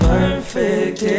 Perfect